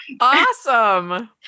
Awesome